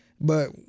But-